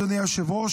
אדוני היושב-ראש,